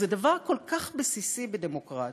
זה דבר כל כך בסיסי בדמוקרטיה,